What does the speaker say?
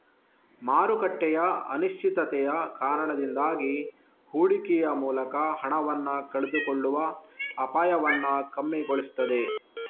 ಮಾರುಕಟ್ಟೆಯ ಅನಿಶ್ಚಿತತೆಯ ಕಾರಣದಿಂದಾಗಿ ಹೂಡಿಕೆಯ ಮೂಲಕ ಹಣವನ್ನ ಕಳೆದುಕೊಳ್ಳುವ ಅಪಾಯವನ್ನ ಕಮ್ಮಿಗೊಳಿಸ್ತದೆ